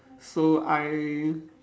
so I